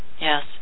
Yes